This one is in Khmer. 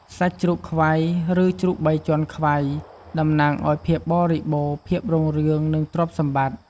សាច់ជ្រូកខ្វៃ ឬជ្រូកបីជាន់ខ្វៃ តំណាងឱ្យភាពបរិបូរណ៍ ភាពរុងរឿង និងទ្រព្យសម្បត្តិ។